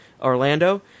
Orlando